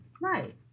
Right